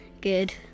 Good